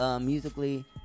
musically